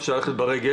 אפשר ללכת ברגל.